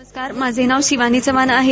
नमस्कार माझं नाव शिवानी चव्हाण आहे